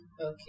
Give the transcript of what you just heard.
Okay